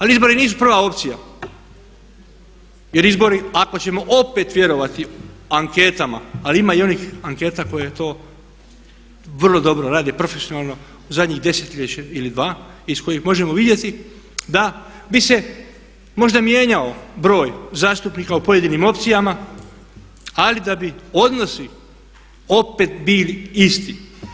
Ali izbori nisu prva opcija jer izbori ako ćemo opet vjerovati anketama, ali ima i onih anketa koje to vrlo dobro rade profesionalno u zadnjih desetljeće ili dva iz kojih možemo vidjeti da bi se možda mijenjao broj zastupnika u pojedinim opcijama, ali da bi odnosi opet bili isti.